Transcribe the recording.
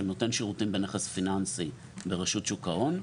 נותן שירותים בנכס פיננסי לרשות שוק ההון,